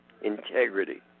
integrity